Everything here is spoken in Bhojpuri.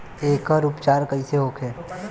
एकर उपचार कईसे होखे?